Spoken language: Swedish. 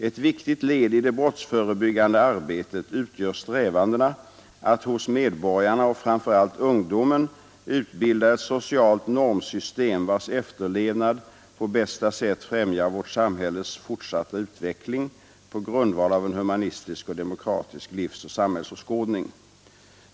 Ett viktigt led i det brottsförebyggande arbetet utgör strävandena att hos medborgarna och framför allt ungdomen utbilda ett socialt normsystem, vars efterlevnad på bästa sätt främjar vårt samhälles fortsatta utveckling på grundval av en humanistisk och demokratisk livsoch sam hällsåskådning.